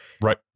Right